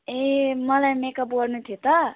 ए मलाई मेकअप गर्नु थियो त